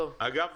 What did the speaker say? אגב,